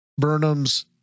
Burnham's